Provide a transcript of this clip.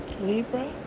Libra